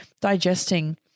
digesting